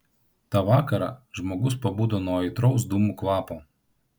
tą vakarą žmogus pabudo nuo aitraus dūmų kvapo